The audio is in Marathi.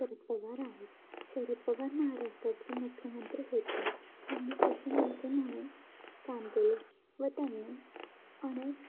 शरद पवार आहेत शरद पवार महाराष्ट्राचे मुख्यमंत्री होते त्यांनी कृषीमंत्री म्हणून काम केले व त्यांनी अनेक